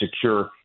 secure